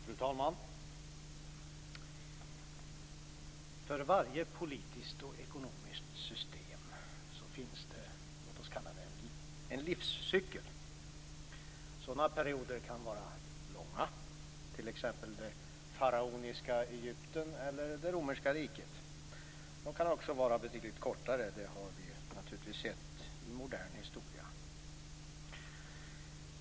Fru talman! För varje politiskt och ekonomiskt system finns det en, låt oss kalla det livscykel. Sådana perioder kan vara långa, t.ex. det faraoniska Egypten eller det romerska riket. De kan också vara betydligt kortare. Det har vi naturligtvis sett i modern historia.